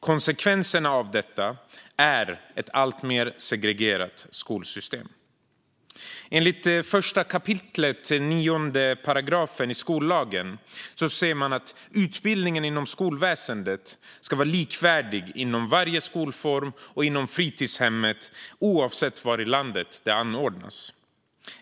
Konsekvenserna av detta är ett alltmer segregerat skolsystem. Enligt 1 kap. 9 § skollagen ska utbildningen inom skolväsendet vara likvärdig inom varje skolform och inom fritidshemmet oavsett var i landet den anordnas.